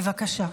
בבקשה.